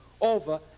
over